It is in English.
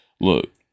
Look